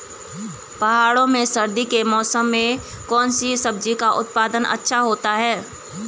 पहाड़ों में सर्दी के मौसम में कौन सी सब्जी का उत्पादन अच्छा होता है?